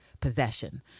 possession